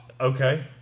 Okay